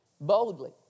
boldly